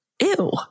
Ew